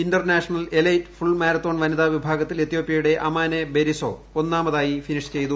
Inter national elite full marathon വനിതാ വിഭാഗത്തിൽ എത്മീപ്പ്യയുടെ അമാനെ ബെരിസോ ഒന്നാമതായി ഫിനിഷ് ചെയ്തു